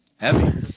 Heavy